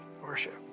Worship